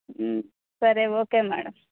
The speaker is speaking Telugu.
సరే ఓకే మ్యాడమ్